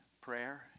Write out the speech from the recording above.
prayer